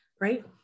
right